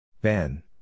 Ben